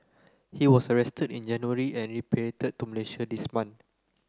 he was arrested in January and repatriated to Malaysia this month